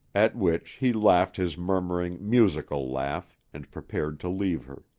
at which he laughed his murmuring, musical laugh and prepared to leave her.